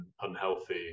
unhealthy